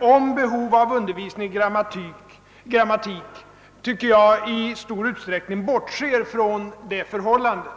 om behovet av undervisning i grammatik bortser enligt min mening i stor utsträckning från det förhållandet.